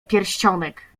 pierścionek